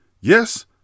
yes